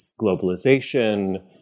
globalization